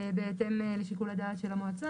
זאת בהתאם לשיקול הדעת של המועצה,